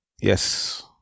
Yes